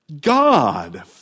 God